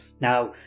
Now